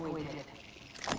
weekday